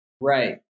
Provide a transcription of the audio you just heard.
Right